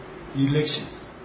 elections